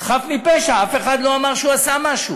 חף מפשע, אף אחד לא אמר שהוא עשה משהו,